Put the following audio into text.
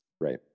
Right